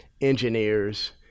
engineers